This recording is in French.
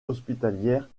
hospitalières